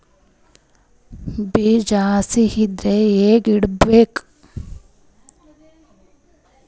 ಬೀಜ ಹಸಿ ಇದ್ರ ಹ್ಯಾಂಗ್ ಇಡಬೇಕು?